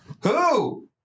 Who